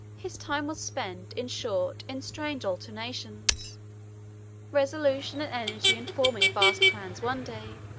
his time was spent, in short, in strange alternations resolution and energy in forming vast plans one day,